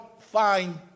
find